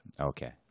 okay